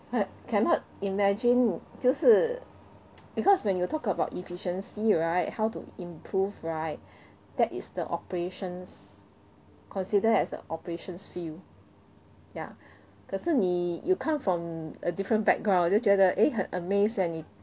cannot imagine 就是 because when you talk about efficiency right how to improve right that is the operations consider as the operations field ya 可是你 you come from a different background 就觉得 eh 很 amazed eh